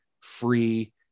free